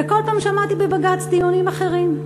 וכל פעם שמעתי בבג"ץ טיעונים אחרים,